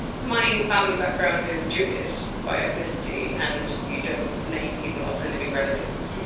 my family background is jewish by ethnicity and you don't name people after living relatives.